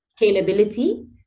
scalability